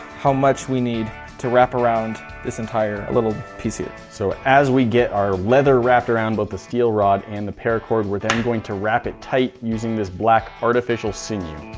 how much we need to wrap around this entire a little piece here. so, as we get our leather wrapped around both the steel rod and the paracord, we're then going to wrap it tight using this black artificial sinew